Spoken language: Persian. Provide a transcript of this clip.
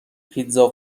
پیتزا